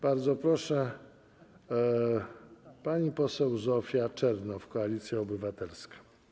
Bardzo proszę, pani poseł Zofia Czernow, Koalicja Obywatelska.